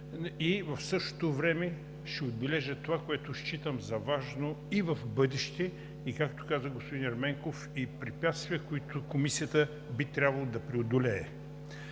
В същото време ще отбележа това, което считам за важно и в бъдеще, както каза господин Ерменков, препятствията, които Комисията би трябвало да преодолее.